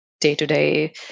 day-to-day